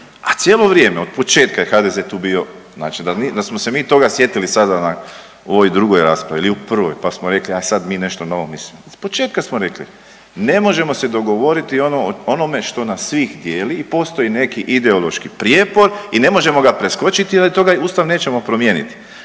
a cijelo vrijeme od početka HDZ je tu bio znači da smo se mi toga sjetili sada u ovoj drugoj raspravi ili u prvoj pa smo rekli a sad mi nešto novo, mislim, iz početka smo rekli ne možemo se dogovoriti o onome što nas svih dijeli i postoji neki ideološki prijepor i ne možemo ga preskočiti radi toga i Ustav nećemo promijeniti.